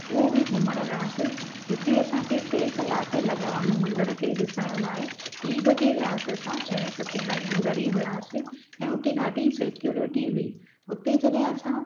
उहो बि घुमण वियासीं हुते असांखे टे कलाक लॻा हुन मंदर खे ॾिसण लाइ टीं बजे वियासी असां छह सते ताईं अंदर ई हुआसीं ऐं हुते ॾाढी सिक्योरिटी हुई हुते जॾहिं असां